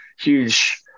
huge